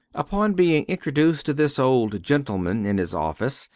upon being introduced to this old gentleman in his office,